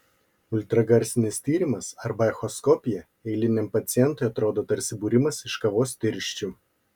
ultragarsinis tyrimas arba echoskopija eiliniam pacientui atrodo tarsi būrimas iš kavos tirščių